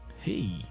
Hey